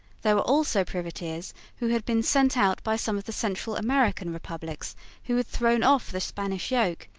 there were also privateers who had been sent out by some of the central american republics who had thrown off the spanish yoke,